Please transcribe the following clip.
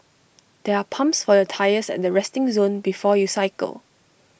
there are pumps for your tyres at the resting zone before you cycle